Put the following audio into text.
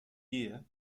year